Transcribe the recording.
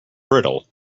brittle